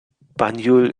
banjul